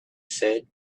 said